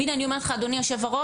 הנה, אני אומרת לך, אדוני היושב-ראש,